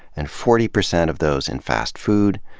and forty percent of those in fast food,